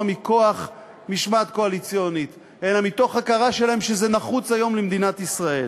מכוח משמעת קואליציונית אלא מתוך הכרה שלהם שזה נחוץ היום למדינת ישראל.